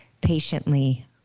patiently